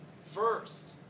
First